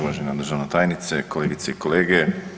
Uvažena državna tajnice, kolegice i kolege.